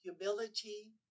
humility